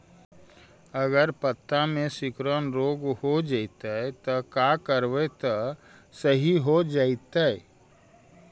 अगर पत्ता में सिकुड़न रोग हो जैतै त का करबै त सहि हो जैतै?